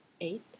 eight